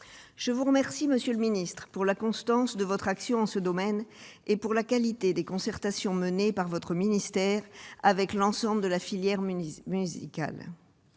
je vous remercie de la constance de votre action en ce domaine et de la qualité des concertations menées par votre ministère avec l'ensemble de la filière musicale.